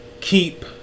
keep